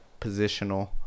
positional